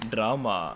Drama